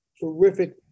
terrific